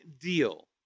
deal